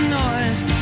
noise